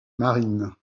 marine